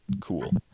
cool